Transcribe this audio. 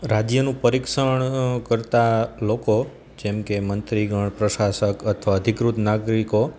રાજ્યનું પરીક્ષણ કરતા લોકો જેમકે મંત્રીગણ પ્રશાસક અથવા અધિકૃત નાગરિકો